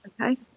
Okay